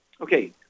okay